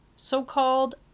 so-called